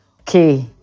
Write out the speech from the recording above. okay